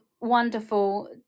wonderful